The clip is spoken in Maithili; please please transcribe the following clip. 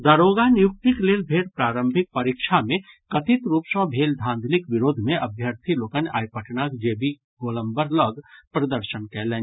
दारोगा नियुक्तिक लेल भेल प्रारंभिक परीक्षा मे कथित रूप सॅ भेल धांधलीक विरोध मे अभ्यर्थी लोकनि आइ पटनाक जेपी गोलम्बर लऽग प्रदर्शन कयलनि